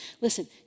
listen